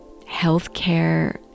healthcare